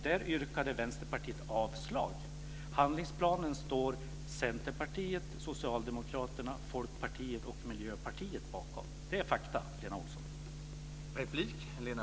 Där yrkade Vänsterpartiet avslag. Handlingsplanen står Centerpartiet, Socialdemokraterna, Folkpartiet och Miljöpartiet bakom. Det är fakta, Lena Olsson.